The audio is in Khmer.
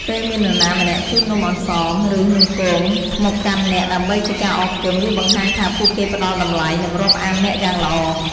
ពេលមាននរណាម្នាក់ជូននំអន្សម ឬ នំគមមកកាន់អ្នកដើម្បីជាការអរគុណ វាបង្ហាញថាពួកគេផ្ដល់តម្លៃ និងរាប់អានអ្នកយ៉ាងល្អ។